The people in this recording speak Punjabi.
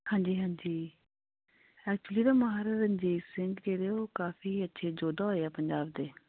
ਹਾਂਜੀ ਹਾਂਜੀ ਐਕਚੁਅਲੀ ਨਾ ਮਹਾਰਾਜਾ ਰਣਜੀਤ ਸਿੰਘ ਜਿਹੜੇ ਉਹ ਕਾਫੀ ਅੱਛੇ ਯੋਧਾ ਹੋਏ ਆ ਪੰਜਾਬ ਦੇ